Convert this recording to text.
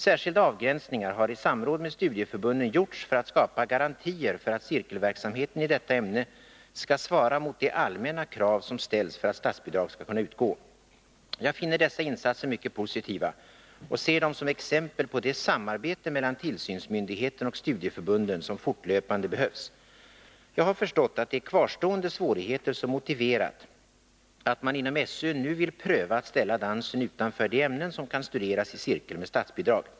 Särskilda avgränsningar har i samråd med studieförbunden gjorts för att skapa garantier för att cirkelverksamhe tenidetta ämne skall svara mot de allmänna krav som ställs för att statsbidrag skall kunna utgå. Jag finner dessa insatser mycket positiva och ser dem som exempel på det samarbete mellan tillsynsmyndigheten och studieförbunden som fortlöpande behövs. Jag har förstått att det är kvarstående svårigheter som motiverat att man inom SÖ nu vill pröva att ställa dansen utanför de ämnen som kan studeras i cirkel med statsbidrag.